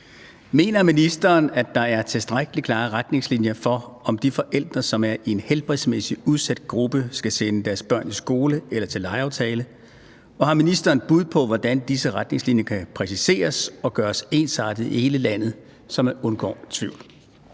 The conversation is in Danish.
Mener ministeren, at der er tilstrækkelig klare retningslinjer for, om de forældre, som er i en helbredsmæssigt udsat gruppe, skal sende deres børn i skole eller til legeaftaler, og har ministeren bud på, hvordan disse retningslinjer kan præciseres og gøres ensartede i hele landet, så man undgår tvivl?